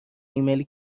ایمیلی